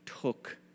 took